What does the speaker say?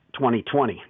2020